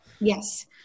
Yes